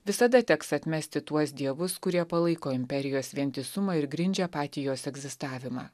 visada teks atmesti tuos dievus kurie palaiko imperijos vientisumą ir grindžia patį jos egzistavimą